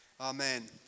amen